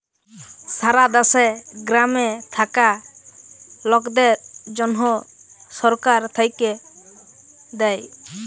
সারা দ্যাশে গ্রামে থাক্যা লকদের জনহ সরকার থাক্যে দেয়